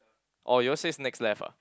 oh your all says next left ah